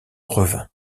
revint